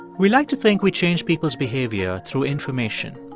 we like to think we change people's behavior through information,